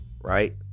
Right